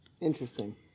interesting